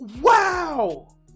wow